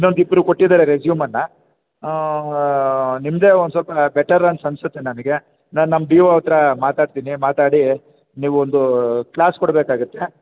ಇನ್ನೊಂದಿಬ್ಬರು ಕೊಟ್ಟಿದ್ದಾರೆ ರೆಸ್ಯೂಮನ್ನು ನಿಮ್ಮದೇ ಒಂದು ಸ್ವಲ್ಪ ಬೆಟರ್ ಅಂತ ಅನ್ನಿಸುತ್ತೆ ನನಗೆ ನಾನು ನಮ್ಮ ಬಿ ಓ ಹತ್ತಿರ ಮಾತಾಡ್ತೀನಿ ಮಾತಾಡಿ ನೀವು ಒಂದು ಕ್ಲಾಸ್ ಕೊಡಬೇಕಾಗತ್ತೆ